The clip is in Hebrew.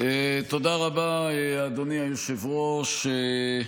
תודה רבה, אדוני היושב-ראש.